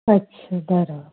अछा बराबरु